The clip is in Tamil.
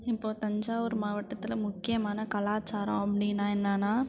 இப்போது தஞ்சாவூர் மாவட்டத்தில் முக்கியமான கலாச்சாரம் அப்படின்னா என்னன்னா